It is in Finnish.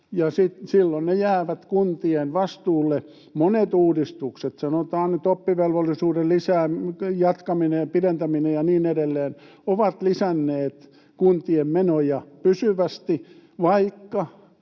silloin ne jäävät kuntien vastuulle. Monet uudistukset — sanotaan nyt oppivelvollisuuden jatkaminen ja pidentäminen ja niin edelleen — ovat lisänneet kuntien menoja pysyvästi, vaikka